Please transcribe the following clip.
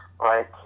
Right